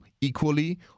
equally